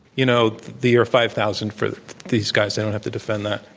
you know, the year five thousand for these guys. they don't have to defend that.